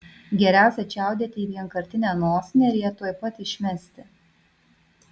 geriausia čiaudėti į vienkartinę nosinę ir ją tuoj pat išmesti